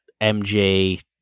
MJ